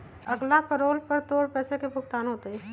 अगला पैरोल पर तोर पैसे के भुगतान होतय